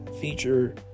feature